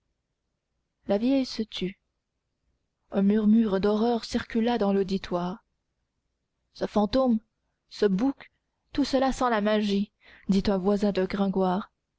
la vieille se tut un murmure d'horreur circula dans l'auditoire ce fantôme ce bouc tout cela sent la magie dit un voisin de gringoire